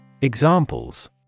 Examples